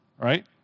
right